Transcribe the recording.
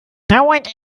dauert